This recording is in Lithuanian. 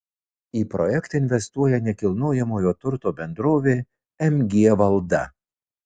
į projektą investuoja nekilnojamojo turto bendrovė mg valda